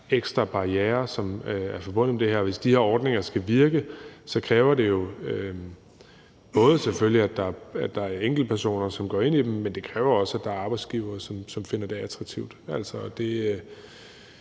ekstra barrierer, som er forbundet med det her, og hvis de her ordninger skal virke, kræver det jo selvfølgelig, at der er enkeltpersoner, som går ind i dem, men det kræver også, at der er arbejdsgivere, som finder det attraktivt,